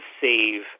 save